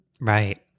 Right